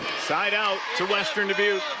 side out to western dubuque.